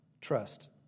trust